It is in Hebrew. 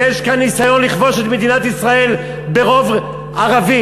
שיש כאן ניסיון לכבוש את מדינת ישראל ברוב ערבי.